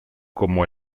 como